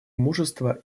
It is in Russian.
мужество